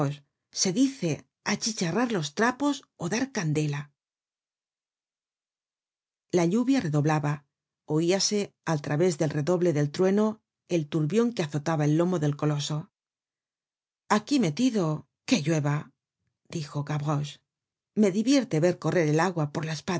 se dice achicharrar los trapos ó dar candela la lluvia redoblaba oíase al través del redoble del trueno el turbion que azotaba el lomo del coloso aquí metido que llueva dijo gavroche me divierte ver correr el agua por las